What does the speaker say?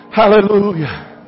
hallelujah